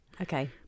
okay